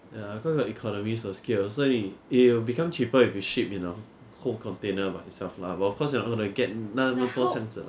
ya because got economies of scale 所以 it'll become cheaper if you ship in a whole container by itself lah but of course you are going to get 那么多箱子吗